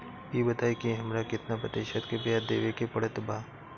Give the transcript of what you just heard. ई बताई की हमरा केतना प्रतिशत के ब्याज देवे के पड़त बा?